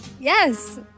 Yes